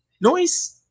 Noise